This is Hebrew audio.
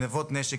גנבות נשק,